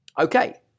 Okay